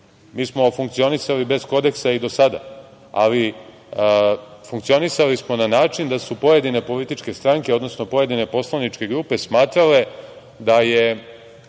Mi smo funkcionisali bez kodeksa i do sada, ali funkcionisali smo na način da su pojedine političke stranke, odnosno pojedine poslaničke grupe smatrale da je